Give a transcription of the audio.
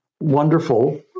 wonderful